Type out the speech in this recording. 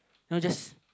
know just